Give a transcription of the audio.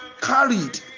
carried